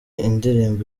indirimbo